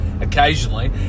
occasionally